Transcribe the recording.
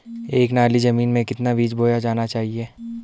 एक नाली जमीन में कितना बीज बोया जाना चाहिए?